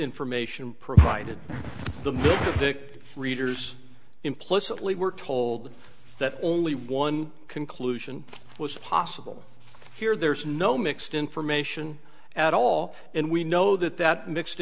information provided the readers implicitly were told that only one conclusion was possible here there's no mixed information at all and we know that that mixed